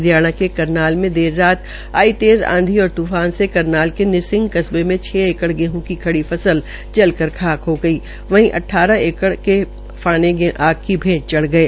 हरियाणा में करनाल देर रात आई आंधी और तूफान से करनाल के निसिंग कस्बे मे छ एकड़ गेहं की खड़ी फसल जल कर राख हो गई वहीं अट्ठारह एकड़ गेहूं के फाने आग की भेंट चढ़ गये